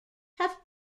have